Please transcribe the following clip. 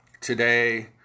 Today